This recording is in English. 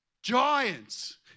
Giants